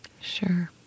Sure